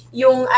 yung